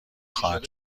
خواهد